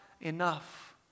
enough